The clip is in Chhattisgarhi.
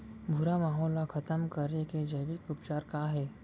भूरा माहो ला खतम करे के जैविक उपचार का हे?